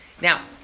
Now